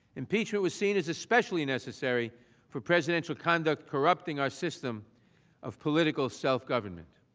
impeachment was seen as especially necessary for presidential conduct corrupting our system of political self-government.